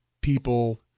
people